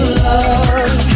love